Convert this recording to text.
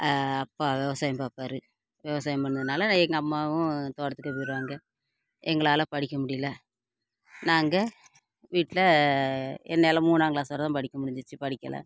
அப்பா விவசாயம் பாப்பார் விவசாயம் பண்ணுறதுனால எங்கள் அம்மாவும் தோட்டத்துக்கே போயிருவாங்க எங்களால் படிக்க முடியலை நாங்கள் வீட்டில் என்னால் மூணாங்க்ளாஸ் வர தான் படிக்க முடிஞ்சிச்சு படிக்கலை